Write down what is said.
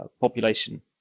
population